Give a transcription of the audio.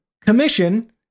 commission